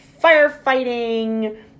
firefighting